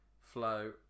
Flow